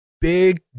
big